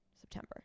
September